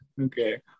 Okay